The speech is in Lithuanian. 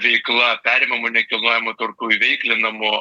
veikla perimamu nekilnojamu turtu įveiklinamu